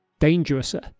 dangerouser